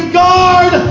guard